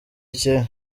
ikihe